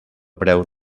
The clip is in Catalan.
preu